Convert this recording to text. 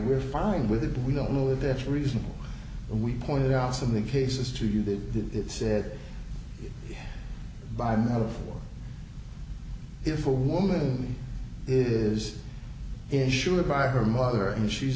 we're fine with it we don't know if it's reasonable we pointed out some of the cases to you that it said by metaphor if a woman is insured by her mother and she's